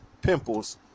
pimples